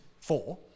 four